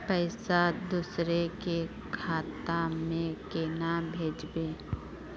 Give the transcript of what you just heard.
पैसा दूसरे के खाता में केना भेजबे?